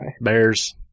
Bears